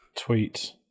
tweet